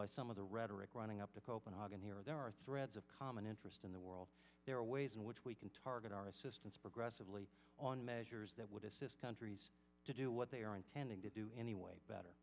by some of the rhetoric running up to copenhagen here there are threats of common interest in the world there are ways in which we can target our assistance progressively on measures that would assist countries to do what they are intending to do anyway better